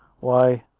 why,